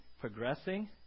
progressing